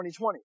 2020